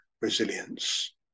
resilience